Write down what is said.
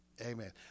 Amen